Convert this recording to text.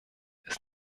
ist